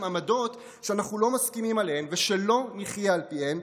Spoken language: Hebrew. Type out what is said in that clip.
עמדות שאנחנו לא מסכימים עליהן ושלא נחיה על פיהן,